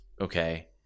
Okay